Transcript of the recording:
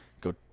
Go